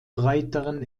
breiteren